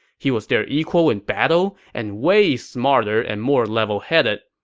he was their equal in battle, and way smarter and more level-headed.